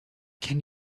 can